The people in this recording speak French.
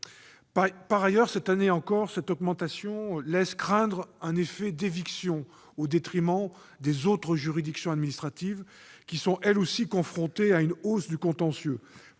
Par ailleurs, cette année encore, cette augmentation laisse craindre un effet d'éviction aux dépens des autres juridictions administratives qui sont, elles aussi, confrontées à une hausse de leur contentieux,